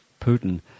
putin